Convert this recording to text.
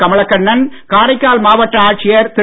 கமலக்கண்ணன் காரைக்கால் மாவட்ட ஆட்சியர் திரு